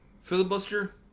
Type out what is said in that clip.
Filibuster